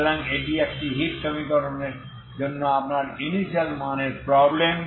সুতরাং এটি একটি হিট সমীকরণের জন্য আপনার ইনিশিয়াল মানের প্রবলেম